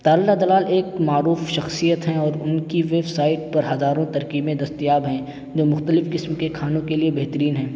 تارلا دلال ایک معروف شخصیت ہیں اور ان کی ویب سائٹ پر ہزاروں ترکیبیں دستیاب ہیں جو مختلف قسم کے کھانوں کے لیے بہترین ہیں